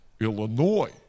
Illinois